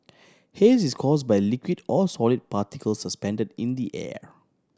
haze is caused by liquid or solid particles suspending in the air